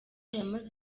yamaze